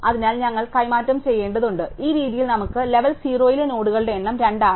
അതിനാൽ ഞങ്ങൾ കൈമാറ്റം ചെയ്യേണ്ടതുണ്ട് അതിനാൽ ഈ രീതിയിൽ നമുക്ക് ലെവൽ 0 ലെ നോഡുകളുടെ എണ്ണം 2 ആണ്